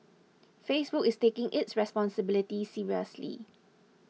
Facebook is taking its responsibility seriously